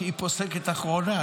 שהיא פוסקת אחרונה.